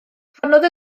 canodd